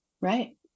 Right